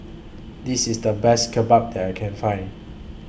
This IS The Best Kimbap that I Can Find